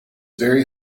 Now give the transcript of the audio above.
very